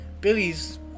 Billy's